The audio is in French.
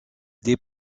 des